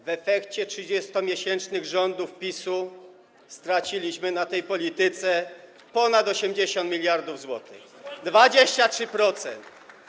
W efekcie 30-miesięcznych rządów PiS-u straciliśmy na tej polityce ponad 80 mld zł, czyli 23%.